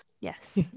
Yes